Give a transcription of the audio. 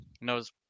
knows